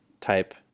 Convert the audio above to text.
type